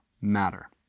matter